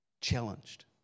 Challenged